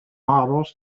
models